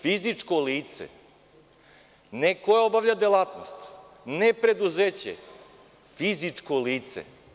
Fizičko lice, ne koja obavlja delatnost, ne preduzeće, fizičko lice.